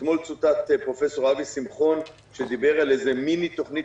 אתמול צוטט פרופ' אבי שמחון שדיבר על איזו מיני תוכנית